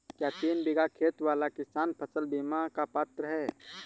क्या तीन बीघा खेत वाला किसान फसल बीमा का पात्र हैं?